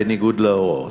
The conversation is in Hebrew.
בניגוד להוראות,